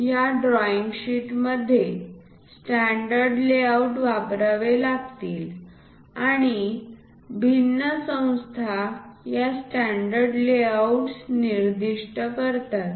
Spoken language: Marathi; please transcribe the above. या ड्रॉईंग शीटमध्ये स्टॅण्डर्ड लेआउट वापरावे लागतील आणि भिन्न संस्था या स्टॅण्डर्ड लेआउट्स निर्दिष्ट करतात